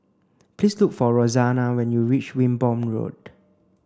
please look for Rosanna when you reach Wimborne Road